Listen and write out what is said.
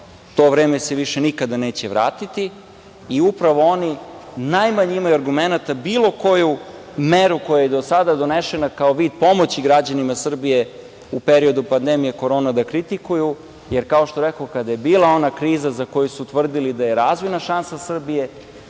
To vreme se više nikada neće vratiti. Upravo oni najmanje imaju argumenata bilo koju meru koja je do sada donesena kao vid pomoći građanima Srbije u periodu pandemije korona da kritikuju. Jer, kao što rekoh, kada je bila ona kriza, za koju su tvrdili da je razvojna šansa Srbije,